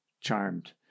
charmed